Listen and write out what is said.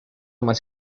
más